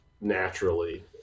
naturally